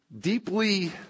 deeply